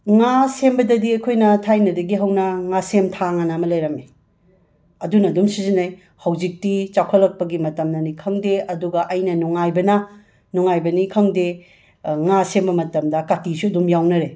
ꯉꯥ ꯁꯦꯝꯕꯗꯗꯤ ꯑꯩꯈꯣꯏꯅ ꯊꯥꯏꯅꯗꯒꯤ ꯍꯧꯟꯅ ꯉꯥꯁꯦꯝ ꯊꯥꯡ ꯑꯅ ꯑꯃ ꯂꯩꯔꯝꯃꯤ ꯑꯗꯨꯅ ꯑꯗꯨꯝ ꯁꯤꯖꯤꯟꯅꯩ ꯍꯧꯖꯤꯛꯇꯤ ꯆꯥꯎꯈꯠꯂꯛꯄꯒꯤ ꯃꯇꯝꯅꯅꯤ ꯈꯪꯗꯦ ꯑꯗꯨꯒ ꯑꯩꯅ ꯅꯨꯡꯉꯥꯏꯕꯅ ꯅꯨꯡꯉꯥꯏꯕꯅꯤ ꯈꯪꯗꯦ ꯉꯥ ꯁꯦꯝꯕ ꯃꯇꯝꯗ ꯀꯥꯇꯤꯁꯨ ꯑꯗꯨꯝ ꯌꯥꯎꯅꯔꯦ